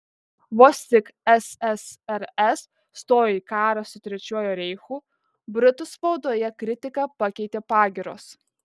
vos tik ssrs stojo į karą su trečiuoju reichu britų spaudoje kritiką pakeitė pagyros